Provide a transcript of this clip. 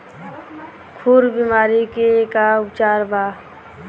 खुर बीमारी के का उपचार बा?